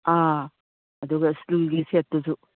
ꯑꯥ ꯑꯗꯨꯒ ꯁ꯭ꯇꯤꯜꯒꯤ ꯁꯦꯠꯇꯨꯖꯨ